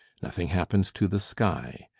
nothing happens to the sky.